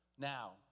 Now